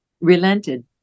relented